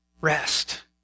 Rest